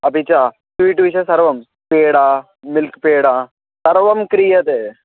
अपि च स्वीट् विषयं सर्वं पेडा मिल्क् पेडा सर्वं क्रियते